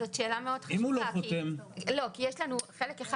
זאת שאלה החשובה מאוד כי יש לנו חלק אחד